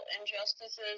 injustices